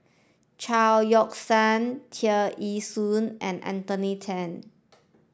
Chao Yoke San Tear Ee Soon and Anthony Then